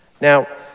Now